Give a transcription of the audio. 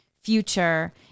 future